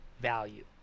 value